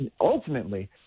ultimately